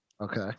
Okay